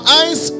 eyes